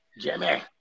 Jimmy